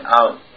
out